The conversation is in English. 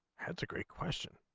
and two great question.